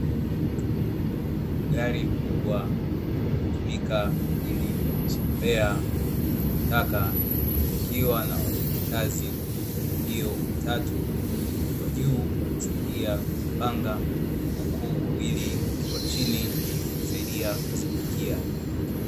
Gari kubwa linalotumika kwa ajili ya kusombea takataka, likiwa na wafanyakazi wa kampuni hiyo watatu, wakiwa juu wanasaidia kuzipanga huku wawili wakiwa chini wakisaidia kuzipakia.